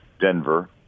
Denver